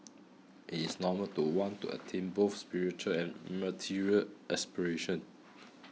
it is normal to want to attain both spiritual and material aspirations